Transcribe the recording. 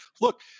look